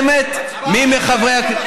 אני באמצע דיון מרתק.